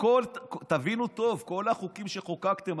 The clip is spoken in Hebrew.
תבינו טוב: כל החוקים שחוקקתם,